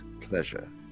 pleasure